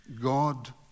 God